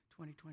2020